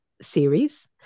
series